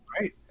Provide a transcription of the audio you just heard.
right